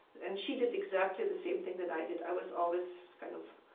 and she did exactly the same thing that i did. i was always kind of